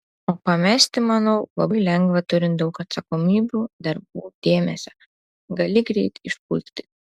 o pamesti manau labai lengva turint daug atsakomybių darbų dėmesio gali greit išpuikti